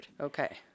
Okay